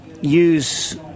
use –